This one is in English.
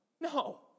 No